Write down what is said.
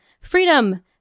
Freedom